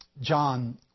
John